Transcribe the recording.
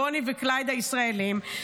בוני וקלייד הישראלים,